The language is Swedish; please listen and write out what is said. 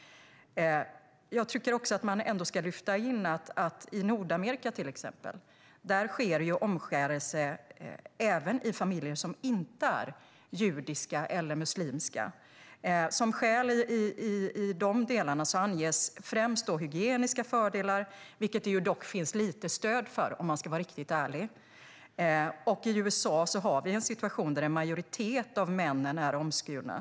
Jag tycker att man ändå ska lyfta in att i till exempel Nordamerika sker omskärelse även i familjer som inte är judiska eller muslimska. Som skäl anges främst hygieniska fördelar, vilket det dock finns lite stöd för om man ska vara riktigt ärlig. I USA har vi en situation där en majoritet av männen är omskurna.